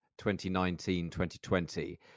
2019-2020